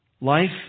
Life